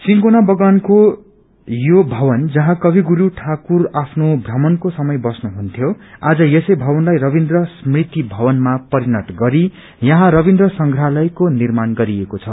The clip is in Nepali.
सिन्कोना बगानको सो भवन जहाँ कवि गुरू ठाकुर आफ्नो भ्रमणको समय बस्नु हुन्थ्यो आज यसै भवनलाई रविन्द्र स्मृति भवनमा परिणत गरी यहाँ रविन्द्र संग्रहालयको निर्माण गरिएको छ